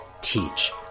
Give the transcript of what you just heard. teach